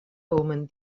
omen